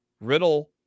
Riddle